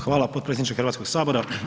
Hvala potpredsjedniče Hrvatskog sabora.